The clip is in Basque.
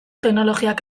teknologiak